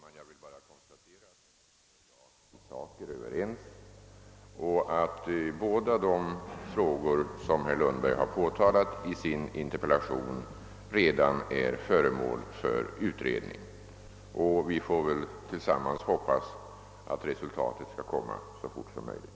Herr talman! Jag vill bara konstatera att herr Lundberg och jag i sak är överens och att båda de frågor, som herr Lundberg har påtalat i sin interpellation, redan är föremål för utredning. Vi får väl tillsammans hoppas att resultatet skall komma så fort som möjligt.